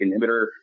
inhibitor